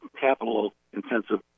capital-intensive